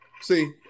See